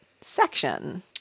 section